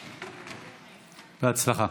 בהצלחה.